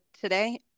today